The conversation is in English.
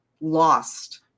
lost